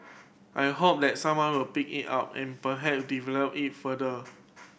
I hope that someone will pick it up and perhap develop it further